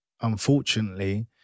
unfortunately